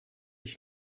ich